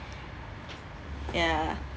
ya